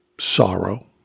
Sorrow